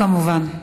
ועדת חינוך, כמובן.